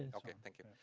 okay. thank you.